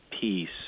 peace